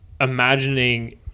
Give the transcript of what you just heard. imagining